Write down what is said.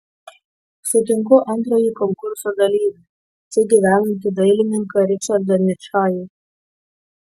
sutinku antrąjį konkurso dalyvį čia gyvenantį dailininką ričardą ničajų